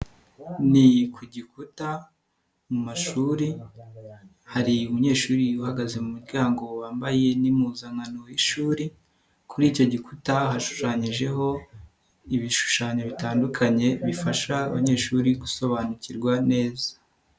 Ni ku gikuta mu mashuri hari umunyeshuri uhagaze mu muryango wambaye n'impuzankano y'ishuri, kuri icyo gikuta hashushanyijeho ibishushanyo bitandukanye bifasha abanyeshuri gusobanukirwa neza.